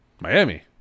Miami